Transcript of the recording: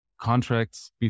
contracts